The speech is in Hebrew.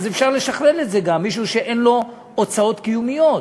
אפשר לשכלל את זה גם: מישהו שאין לו הוצאות קיומיות.